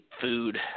food